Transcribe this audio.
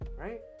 right